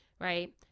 right